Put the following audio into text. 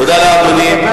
לאדוני.